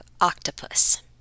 octopus